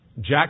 Jack